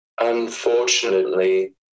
Unfortunately